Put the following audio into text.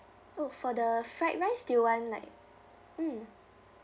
oh for the fried rice do you want like mm